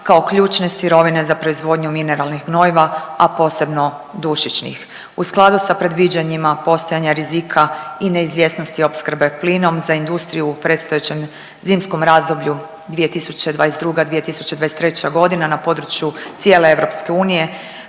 kao ključne sirovine za proizvodnju mineralnih gnojiva, a posebno dušičnih. U skladu sa predviđanjima postojanja rizika i neizvjesnosti opskrbe plinom za industriju u predstojećem zimskom razdoblju 2022/2023 godina na području cijele EU procjenjuje